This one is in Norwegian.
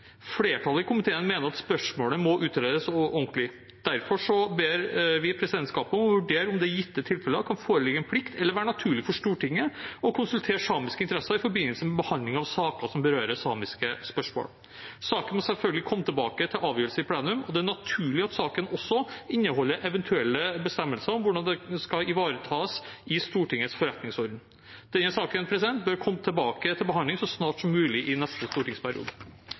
Flertallet i komiteen mener at spørsmålet må utredes ordentlig. Derfor ber vi presidentskapet om å vurdere om det i gitte tilfeller kan foreligge en plikt eller være naturlig for Stortinget å konsultere samiske interesser i forbindelse med behandling av saker som berører samiske spørsmål. Saken må selvfølgelig komme tilbake til avgjørelse i plenum, og det er naturlig at saken også inneholder eventuelle bestemmelser om hvordan det skal ivaretas i Stortingets forretningsorden. Denne saken bør komme tilbake til behandling så snart som mulig i neste stortingsperiode.